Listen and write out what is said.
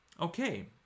okay